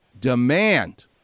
demand